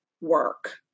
work